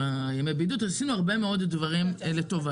עשינו הרבה מאוד דברים לטובה.